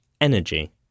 Energy